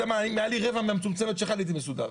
אם היה לי רבע מהמצומצמת שלך אני הייתי מסודר.